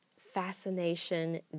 fascination